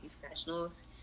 professionals